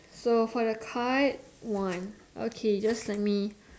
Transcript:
so for the card one okay just let me